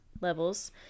levels